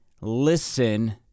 listen